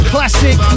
Classic